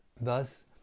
Thus